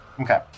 Okay